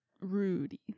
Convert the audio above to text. Rudy